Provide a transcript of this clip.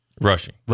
Rushing